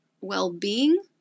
well-being